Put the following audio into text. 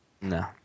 No